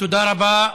תודה רבה.